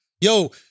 Yo